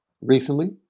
Recently